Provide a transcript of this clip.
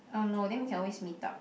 !oh no! then we can always meet up